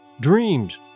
dreams